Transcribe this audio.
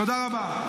תודה רבה.